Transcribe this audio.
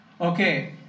Okay